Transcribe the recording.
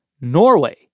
norway